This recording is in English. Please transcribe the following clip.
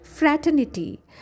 Fraternity